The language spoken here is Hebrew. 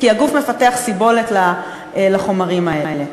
כי הגוף מפתח סבולת לחומרים האלה.